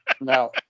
No